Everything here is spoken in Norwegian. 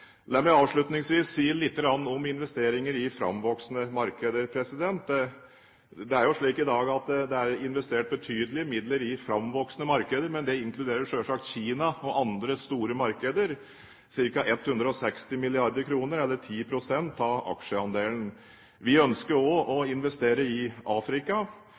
La meg avslutningsvis si litt om investeringer i framvoksende markeder. Det er i dag investert betydelige midler i framvoksende markeder, men det inkluderer selvsagt Kina og andre store markeder, ca. 160 milliarder kr, eller 10 pst. av aksjeandelen. Vi ønsker også å investere i Afrika